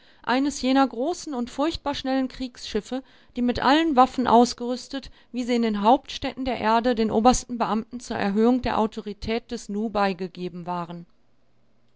eines jener großen und furchtbar schnellen kriegsschiffe mit allen waffen ausgerüstet wie sie in den hauptstädten der erde den obersten beamten zur erhöhung der autorität des nu beigegeben waren